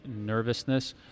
nervousness